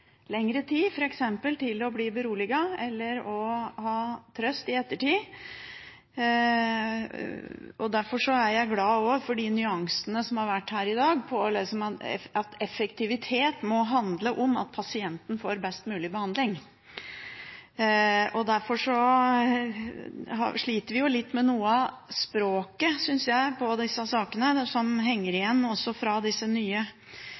lengre tid, f.eks. til å bli beroliget eller å få trøst i ettertid. Derfor er jeg også glad for de nyansene som har vært her i dag – effektivitet må handle om at pasienten får best mulig behandling. Jeg synes vi sliter litt med noe av språket i disse sakene. Det henger igjen fra disse nye – eller, de er jo ikke nye lenger – styringsfilosofiene der man f.eks. snakker om «gevinstrealisering», som